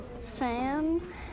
Sam